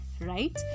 right